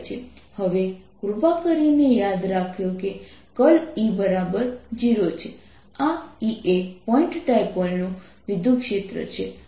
હવે કૃપા કરીને યાદ રાખો કે E 0 છે આ E એ પોઇન્ટ ડાયપોલનું વિદ્યુતક્ષેત્ર છે અને